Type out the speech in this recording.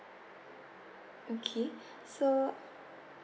okay so